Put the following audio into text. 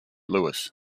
louis